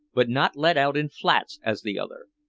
but not let out in flats as the others.